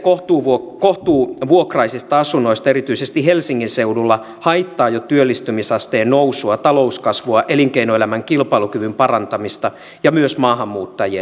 puute kohtuuvuokraisista asunnoista erityisesti helsingin seudulla haittaa jo työllistymisasteen nousua talouskasvua elinkeinoelämän kilpailukyvyn parantamista ja myös maahanmuuttajien asumista